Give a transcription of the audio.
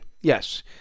Yes